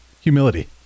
Humility